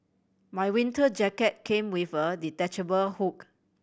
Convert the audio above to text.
my winter jacket came with a detachable hook